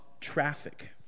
traffic